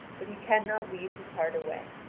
but he cannot lead his heart away.